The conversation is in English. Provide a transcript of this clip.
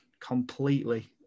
completely